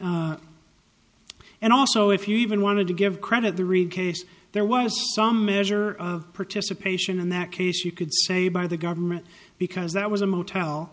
and also if you even wanted to give credit the reed case there was some measure of participation in that case you could say by the government because that was a motel